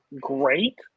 great